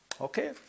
okay